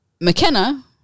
mckenna